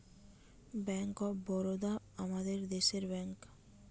bank of Baroda আমাদের দেশের bank